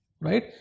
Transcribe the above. right